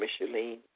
Micheline